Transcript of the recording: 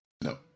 No